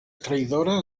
traïdora